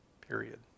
period